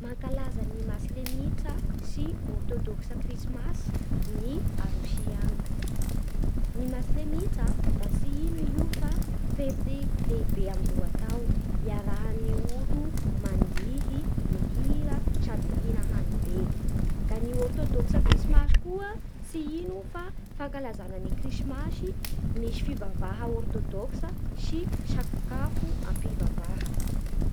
Mankaza ny maslenitsa sy ôrtôdôksa krismasy ny a Rosia agny. Ny maslenitsa da tsy ino i io fa fety lehibe amin'ny lohatao hiarahan'ny olo mandihy, mihira sady mihina hany be. Da ny ôrtôdôksa krismasy koa tsy ino fa fankazana ny krismasy misy fivavaha ôrtôdôksa sy sakafo am-pivavaha.